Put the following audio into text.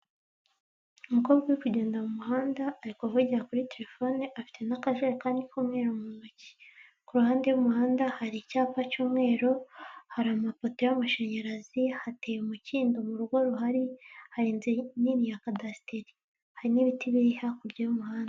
Umukobwa uri kugenda mu muhanda ari kuvugira kuri terefone afite n'akajarekani k'umweru mu ntoki, ku ruhande w'umuhanda hari icyapa cy'umweru, hari amapoto y'amashanyarazi, hateye umukindo mu rugo ruhari, hari inzu nini ya kadasiteri, hari n'ibiti biri hakurya y'umuhanda.